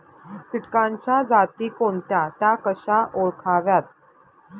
किटकांच्या जाती कोणत्या? त्या कशा ओळखाव्यात?